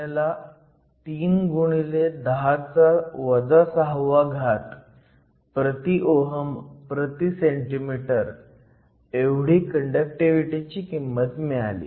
आपल्याला 3 x 10 6 Ω 1 cm 1 एवढी किंमत मिळाली